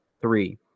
three